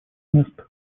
места